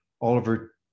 Oliver